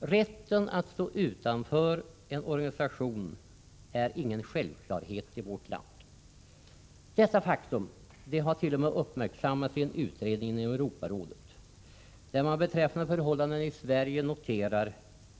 Rätten att stå utanför en organisation är ingen självklarhet i vårt land. Detta faktum hart.o.m. uppmärksammats i en utredning inom Europarådet, där man beträffande förhållandena i Sverige noterar,